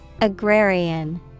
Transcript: Agrarian